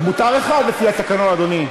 מותר אחד לפי התקנון, אדוני.